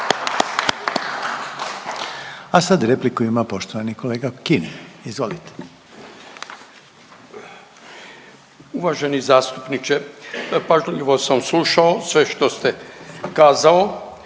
A sad repliku ima poštovani kolega Kirin. Izvolite. **Kirin, Ivan (HDZ)** Uvaženi zastupniče pažljivo sam slušao sve što ste kazao,